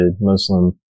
Muslim